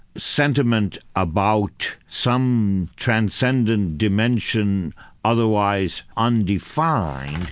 sentiment about some transcendent dimension otherwise undefined,